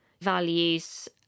values